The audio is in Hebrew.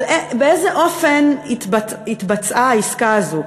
על באיזה אופן התבצעה העסקה הזאת,